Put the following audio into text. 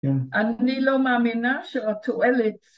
‫אני לא מאמינה שהתועלת